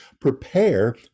Prepare